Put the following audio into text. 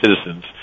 citizens